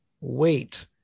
Wait